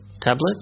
tablets